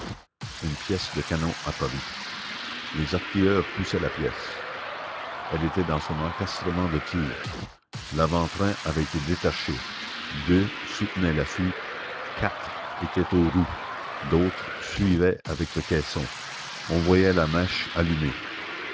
une pièce de canon apparut les artilleurs poussaient la pièce elle était dans son encastrement de tir l'avant-train avait été détaché deux soutenaient l'affût quatre étaient aux roues d'autres suivaient avec le caisson on voyait la mèche allumée